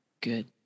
Good